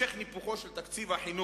המשך ניפוחו של תקציב החינוך